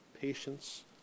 patience